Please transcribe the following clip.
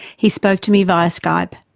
he spoke to me via skype.